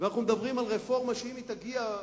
אנחנו מדברים על רפורמה שאם היא תגיע,